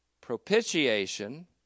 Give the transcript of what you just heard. propitiation